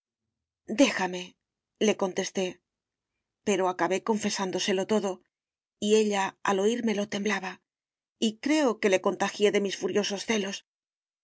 déjame le contesté pero acabé confesándoselo todo y ella al oírmelo temblaba y creo que le contagié de mis furiosos celos